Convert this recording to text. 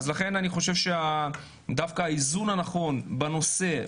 לכן אני חושב שדווקא האיזון הנכון בנושא,